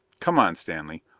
come on, stanley.